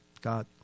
God